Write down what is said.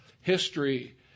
history